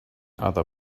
other